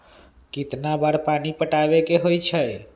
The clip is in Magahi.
कितना बार पानी पटावे के होई छाई?